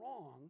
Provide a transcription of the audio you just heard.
wrong